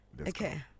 Okay